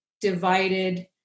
divided